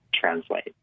translate